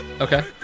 Okay